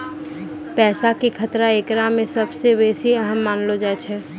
पैसा के खतरा एकरा मे सभ से बेसी अहम मानलो जाय छै